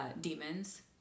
demons